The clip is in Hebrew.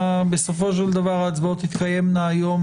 בסופו של דבר ההצבעות תתקיימנה היום,